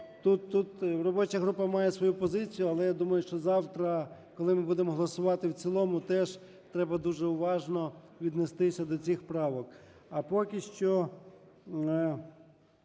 тут робоча група має свою позицію, але я думаю, що завтра, коли ми будемо голосувати в цілому, теж треба дуже уважно віднестися до цих правок. А поки що